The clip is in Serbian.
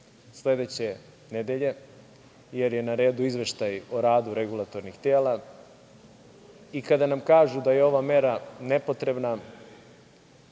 sledeće nedelje, jer je na redu izveštaj o radu regulatornih tela, i kada nam kažu da je ova mera nepotrebna,